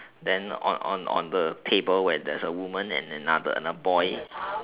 then on on on the table where there's a woman and and and another boy